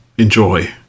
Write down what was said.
Enjoy